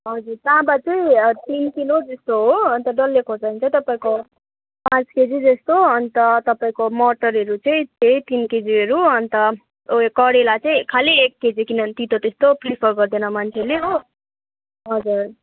हजुर तामा चाहिँ तिन किलो जस्तो हो अन्त डल्ले खोर्सानी चाहिँ तपाईँको पाँच केजी जस्तो अन्त तपाईँको मटरहरू चाहिँ त्यही तिन केजीहरू अन्त उयो करेला चाहिँ खालि एक केजी किनकि तितो त्यस्तो प्रिफर गर्दैन मान्छेले हो हजुर